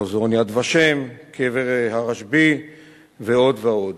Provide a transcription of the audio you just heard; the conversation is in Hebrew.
מוזיאון "יד ושם", קבר הרשב"י ועוד ועוד.